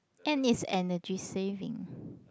and it's energy saving